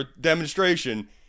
demonstration